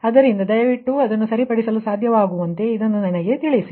ಆದ್ದರಿಂದ ದಯವಿಟ್ಟು ನಾನು ಅದನ್ನು ಸರಿಪಡಿಸಲು ಸಾಧ್ಯವಾಗುವಂತೆ ಇದನ್ನು ನನಗೆ ತಿಳಿಸಿ